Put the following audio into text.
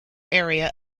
area